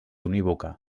unívoca